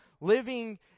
living